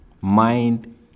mind